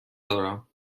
دارم